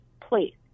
Please